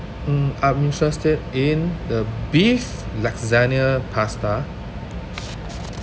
mm I'm interested in the beef lasagna pasta